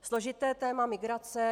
Složité je téma migrace.